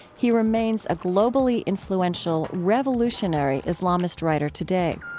he remains a globally influential revolutionary islamist writer today.